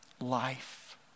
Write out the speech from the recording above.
life